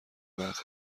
وقت